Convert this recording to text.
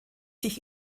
sich